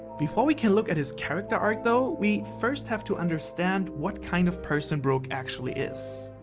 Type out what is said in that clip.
before we can look at his character arc though, we first have to understand what kind of person brook actually is.